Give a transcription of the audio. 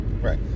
right